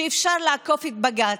שאפשר לעקוף את בג"ץ.